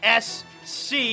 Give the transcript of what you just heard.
SC